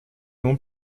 ему